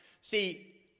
See